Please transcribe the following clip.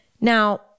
Now